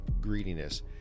greediness